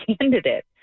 candidate